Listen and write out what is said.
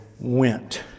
went